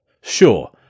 Sure